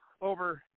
over